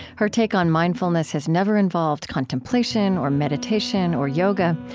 her take on mindfulness has never involved contemplation or meditation or yoga.